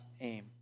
aim